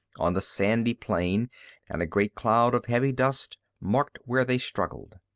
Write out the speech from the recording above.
on the sandy plain and a great cloud of heavy dust marked where they struggled.